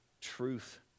truth